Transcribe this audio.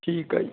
ਠੀਕ ਹੈ ਜੀ